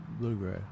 bluegrass